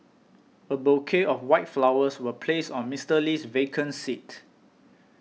a bouquet of white flowers was placed on Mister Lee's vacant seat